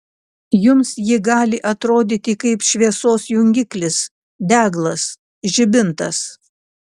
jums ji gali atrodyti kaip šviesos jungiklis deglas žibintas